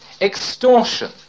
extortion